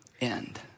end